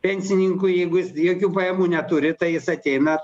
pensininkui jeigu jis jokių pajamų neturi tai jis ateina